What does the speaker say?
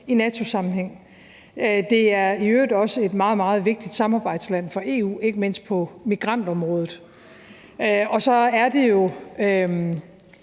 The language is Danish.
i NATO-sammenhæng. Det er i øvrigt også et meget, meget vigtigt samarbejdsland for EU, ikke mindst på migrantområdet. Og så er det jo,